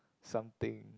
something